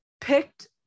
picked